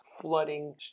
flooding